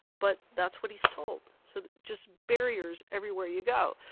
but that's what he's told. so, just barriers everywhere you go.